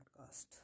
podcast